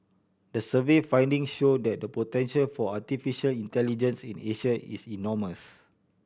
the survey finding show that the potential for artificial intelligence in Asia is enormous